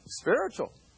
Spiritual